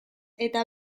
eta